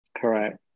Correct